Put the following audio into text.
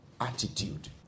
Attitude